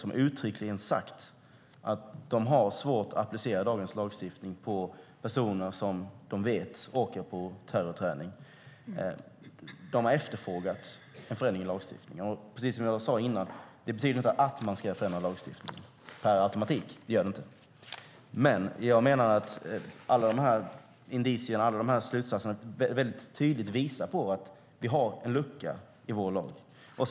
De har uttryckligen sagt att de har svårt att applicera dagens lagstiftning på personer som de vet åker på terrorträning. De har efterfrågat en förändring av lagstiftningen. Precis som jag sade tidigare betyder inte det att man ska förändra lagstiftningen per automatik, men jag menar att alla indicier och slutsatser väldigt tydligt visar att vi har en lucka i vår lagstiftning.